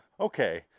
okay